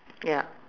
ya